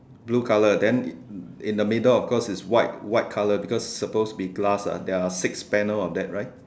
blue colour then in in the middle of course it's white white colour because it's suppose to be glass ah there are six panel of that right